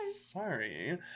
Sorry